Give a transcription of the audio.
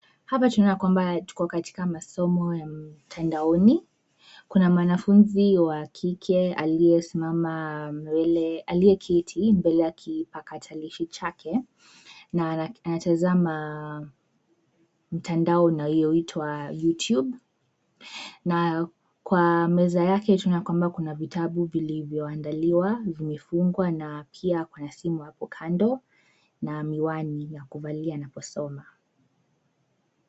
Hapa tunaona kwamba tuko katika masomo ya mtandaoni. Kuna wanafunzi wa kike aliyesimama nywele, aliyeketi mbele ya kipakatarishi chake na anatazama mtandao unayoitwa YouTube na kwa meza yake tunaona kwamba kuna vitabu vilivyoandaliwa vimefugwa na pia kuna simu hapo kando na miwani ya kuvalia na kusoma.